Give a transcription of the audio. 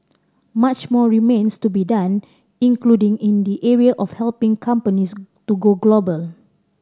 much more remains to be done including in the area of helping companies to go global